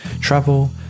travel